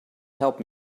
help